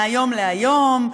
מהיום להיום,